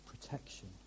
protection